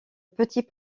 petit